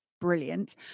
brilliant